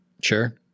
sure